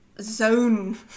zone